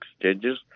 exchanges